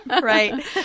right